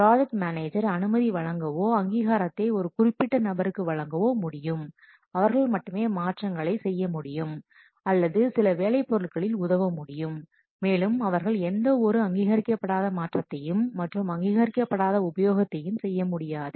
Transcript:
project manager அனுமதி வழங்கவோ அங்கீகாரத்தை ஒரு குறிப்பிட்ட நபருக்கு வழங்கவோ முடியும் அவர்கள் மட்டுமே மாற்றங்களை செய்ய முடியும் அல்லது சில வேலை பொருட்களில் உதவ முடியும் மேலும் அவர்கள் எந்த ஒரு அங்கீகரிக்கப்படாத மாற்றத்தையும் மற்றும் அங்கீகரிக்கப்படாத உபயோகத்தையும் செய்ய முடியாது